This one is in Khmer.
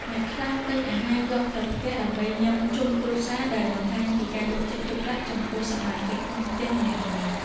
អ្នកខ្លះទិញអាហារយកទៅផ្ទះដើម្បីញ៉ាំជុំគ្រួសារដែលបង្ហាញពីការយកចិត្តទុកដាក់ចំពោះសមាជិកក្នុងផ្ទះម្នាក់ៗ។